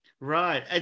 Right